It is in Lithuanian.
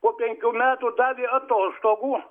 po penkių metų davė atostogų